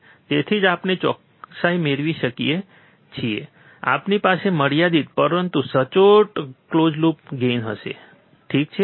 તેથી જ આપણે ચોકસાઈ મેળવી શકીએ છીએ આપણી પાસે મર્યાદિત પરંતુ સચોટ ક્લોઝ લૂપ ગેઇન હશે ઠીક છે